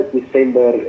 December